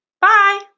Bye